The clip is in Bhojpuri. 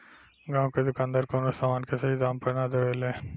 गांव के दुकानदार कवनो समान के सही दाम पर ना देवे ले